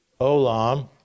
olam